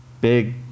big